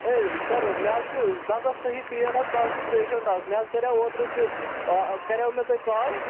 ہے sir مےٚ حظ چھِ دَنٛدَس صحیح پین حظ بہٕ حظ چھُس پیشَنٛٹ اَکھ مےٚ حظ کَریٚو اوترٕ تہِ کَریٚو مےٚ تۄہہِ کال